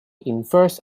inverse